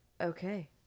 Okay